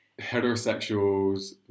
Heterosexuals